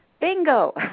Bingo